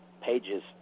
pages